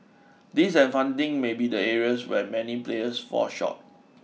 this and funding may be the areas where many players fall short